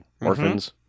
orphans